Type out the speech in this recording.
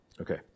Okay